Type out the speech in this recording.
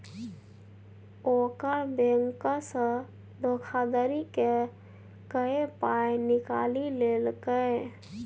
ओकर बैंकसँ धोखाधड़ी क कए पाय निकालि लेलकै